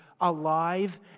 alive